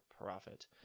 profit